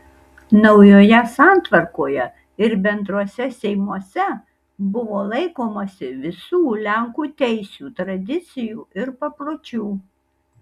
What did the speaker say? naujoje santvarkoje ir bendruose seimuose buvo laikomasi visų lenkų teisių tradicijų ir papročių